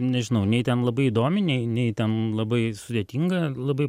nežinau nei ten labai įdomi nei nei ten labai sudėtinga labai